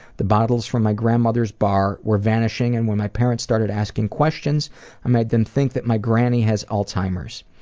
the bottles from my grandmothers bar were vanishing and when my parents started asking questions i made them think that my granny has alzheimer's.